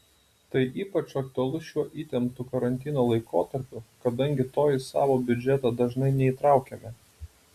tai ypač aktualu šiuo įtemptu karantino laikotarpiu kadangi to į savo biudžetą dažnai neįtraukiame